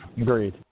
Agreed